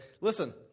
listen